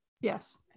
yes